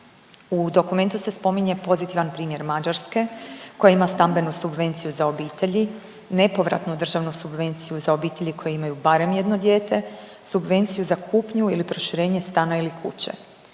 U dokumentu se spominje pozitivan primjer Mađarske koja ima stambenu subvenciju za obitelji, nepovratnu državnu subvenciju za obitelji koje imaju barem jedno dijete, subvenciju za kupnju ili proširenje stana ili kuće.